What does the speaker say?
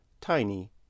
tiny